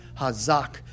Hazak